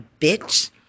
bitch